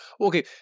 okay